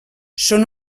són